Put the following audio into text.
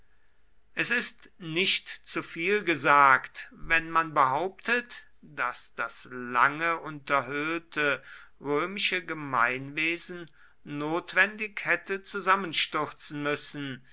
es ist nicht zu viel gesagt wenn man behauptet daß das lange unterhöhlte römische gemeinwesen notwendig hätte zusammenstürzen müssen